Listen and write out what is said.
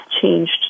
changed